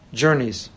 journeys